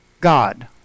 God